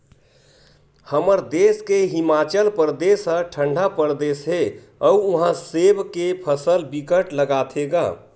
हमर देस के हिमाचल परदेस ह ठंडा परदेस हे अउ उहा सेब के फसल बिकट लगाथे गा